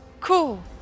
Cool